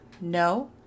no